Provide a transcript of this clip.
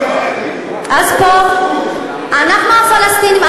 אנחנו הפלסטינים,